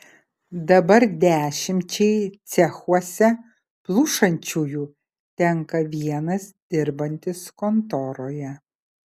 dabar dešimčiai cechuose plušančiųjų tenka vienas dirbantis kontoroje